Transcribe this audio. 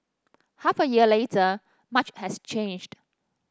half a year later much has changed